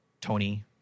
Tony